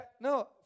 no